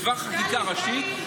בדבר חקיקה ראשי,